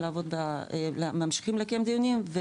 ממשיכים לקיים דיונים,